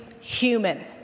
human